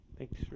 Thanks